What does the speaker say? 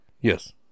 yes